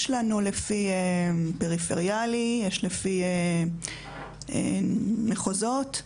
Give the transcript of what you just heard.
יש לנו לפי פריפריאלי, לפי מחוזות.